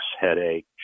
headache